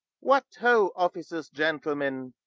what, ho, officers, gentlemen!